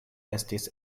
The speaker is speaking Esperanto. estis